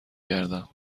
گردم